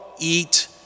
eat